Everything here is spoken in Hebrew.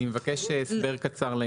אני אסביר.